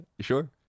Sure